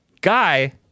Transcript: guy